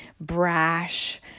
brash